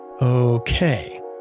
Okay